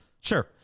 Sure